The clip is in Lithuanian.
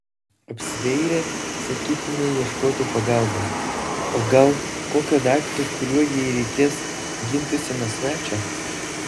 apsidairė sakytumei ieškotų pagalbos o gal kokio daikto kuriuo jei reikės gintųsi nuo svečio